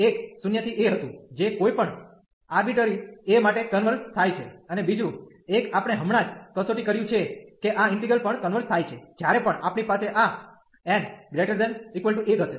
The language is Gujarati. એક 0 થી a હતું જે કોઈપણ આર્બીટરી a માટે કન્વર્ઝ થાય છે અને બીજું એક આપણે હમણાં જ કસોટી કર્યું છે કે આ ઈન્ટિગ્રલ પણ કન્વર્ઝ થાય છે જ્યારે પણ આપણી પાસે આ n≥1 હશે